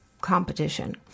competition